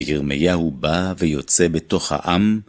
ירמיהו בא ויוצא בתוך העם.